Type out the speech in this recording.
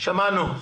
שמענו.